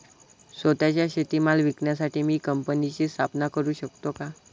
स्वत:चा शेतीमाल विकण्यासाठी मी कंपनीची स्थापना करु शकतो का?